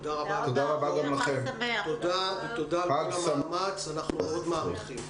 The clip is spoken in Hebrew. תודה על המאמץ, אנחנו מאוד מעריכים.